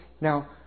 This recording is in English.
Now